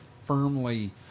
firmly